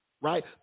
right